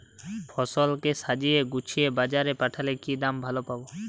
ফসল কে সাজিয়ে গুছিয়ে বাজারে পাঠালে কি দাম ভালো পাব?